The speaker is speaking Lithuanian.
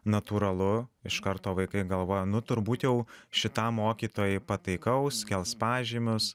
natūralu iš karto vaikai galvoja nu turbūt jau šitam mokytojai pataikaus kels pažymius